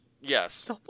Yes